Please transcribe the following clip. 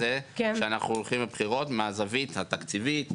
יש מחיר לזה שאנחנו הולכים לבחירות מהזווית התקציבית,